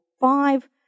five